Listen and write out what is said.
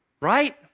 Right